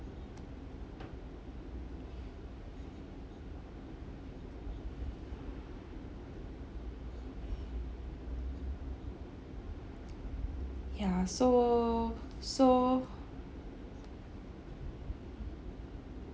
ya so so